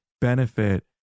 benefit